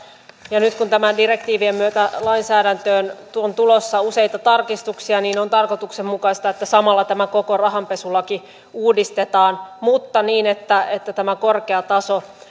ja nyt kun tämän direktiivin myötä lainsäädäntöön on tulossa useita tarkistuksia niin on tarkoituksenmukaista että samalla tämä koko rahanpesulaki uudistetaan mutta niin että että tämä korkea taso